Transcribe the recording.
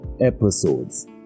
episodes